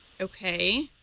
Okay